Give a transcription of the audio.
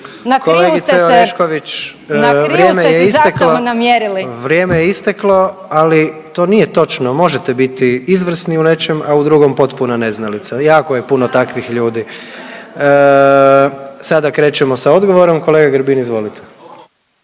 je isteklo, vrijeme je isteklo, ali to nije točno, možete biti izvrsni u nečem, a u drugom potpuna neznalica, jako je puno takvih ljudi. Sada krećemo sa odgovorom, kolega Grbin izvolite.